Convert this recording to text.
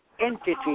entity